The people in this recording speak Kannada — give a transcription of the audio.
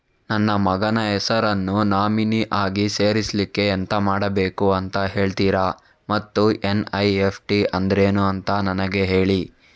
ನನ್ನ ಮಗನ ಹೆಸರನ್ನು ನಾಮಿನಿ ಆಗಿ ಸೇರಿಸ್ಲಿಕ್ಕೆ ಎಂತ ಮಾಡಬೇಕು ಅಂತ ಹೇಳ್ತೀರಾ ಮತ್ತು ಎನ್.ಇ.ಎಫ್.ಟಿ ಅಂದ್ರೇನು ಅಂತ ನನಗೆ ಹೇಳಿ